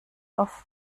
auf